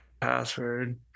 password